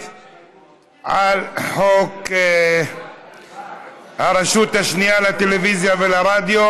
על חוק הרשות השנייה לטלוויזיה ורדיו